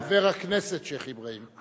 חבר הכנסת שיח' אברהים.